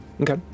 Okay